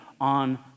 on